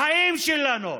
בחיים שלנו?